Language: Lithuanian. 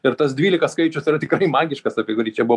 ir tas dvylika skaičius yra tikrai magiškas apie kurį čia buvo